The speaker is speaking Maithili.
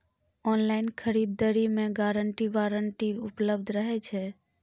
ऑनलाइन खरीद दरी मे गारंटी वारंटी उपलब्ध रहे छै?